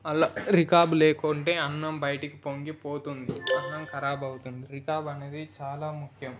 అలా రిఖాబ్ లేకుంటే అన్నం బయటికి పొంగిపోతుంది అన్నం ఖరాబు అవుతుంది రిఖాబ్ అనేది చాలా ముఖ్యం